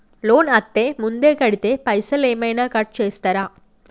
Loan అత్తే ముందే కడితే పైసలు ఏమైనా కట్ చేస్తరా?